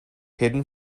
hidden